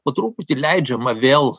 po truputį leidžiama vėl